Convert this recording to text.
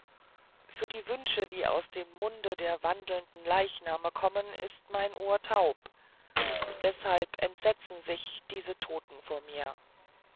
für die wünsche die aus dem munde der wandelnden leichname kommen ist mein ohr taub deshalb entsetzen sich diese toten vor mir